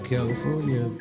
California